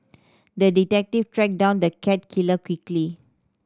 the detective tracked down the cat killer quickly